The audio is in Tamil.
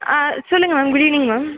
சொல்லுங்கள் மேம் குட் ஈவினிங் மேம்